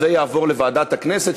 זה יעבור לוועדת הכנסת,